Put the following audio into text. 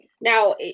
now